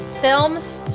films